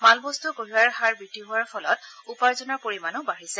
মালবস্ত কঢ়িওৱাৰ হাৰ বৃদ্ধি হোৱাৰ ফলত উপাৰ্জনৰ পৰিমাণো বাঢ়িছে